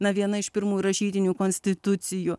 na viena iš pirmųjų rašytinių konstitucijų